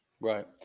Right